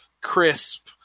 crisp